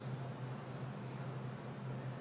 אז קודם כל אני אנסה גם לקצר כדי לאפשר